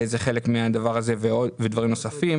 זה חלק מהדבר הזה, ודברים נוספים.